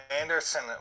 Anderson